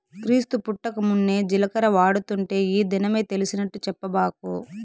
క్రీస్తు పుట్టకమున్నే జీలకర్ర వాడుతుంటే ఈ దినమే తెలిసినట్టు చెప్పబాకు